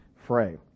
fray